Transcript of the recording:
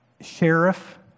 sheriff